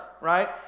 right